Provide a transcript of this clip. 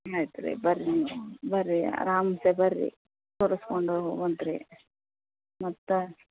ಆಯ್ತು ರೀ ಬನ್ರಿ ನೀವು ಬನ್ರಿ ಆರಾಮ್ಸೆ ಬನ್ರಿ ತೋರಿಸ್ಕೊಂಡು ಹೋಗುವಂತ್ರಿ ಮತ್ತು